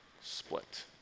split